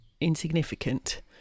insignificant